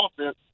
offense